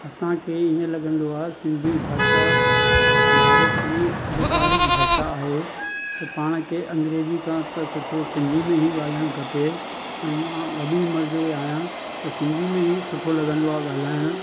असांखे इहे लॻंदो आहे सिंधी भाषा भारत जी अधिकारीक भाषा आहे त पाण खे अंग्रेजी खां सुठो सिंधी में ई ॻाल्हाइण खपे मां वॾी उमिरि जो आहियां त सिंधी में ई सुठो लॻंदो आहे ॻाल्हाइण